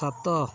ସାତ